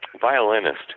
violinist